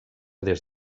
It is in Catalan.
des